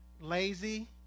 lazy